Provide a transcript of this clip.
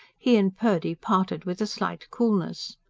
he and purdy parted with a slight coolness.